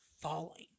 falling